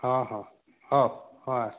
ହଁ ହଁ ହେଉ ହଁ ଆ